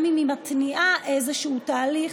גם אם היא מתניעה איזשהו תהליך,